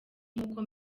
nk’uko